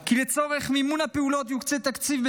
כי לצורך מימון הפעולות יוקצה תקציב,